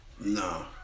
No